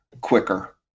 quicker